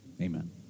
Amen